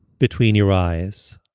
between your eyes.